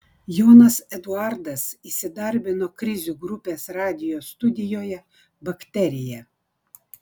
jonas eduardas įsidarbino krizių grupės radijo studijoje bakterija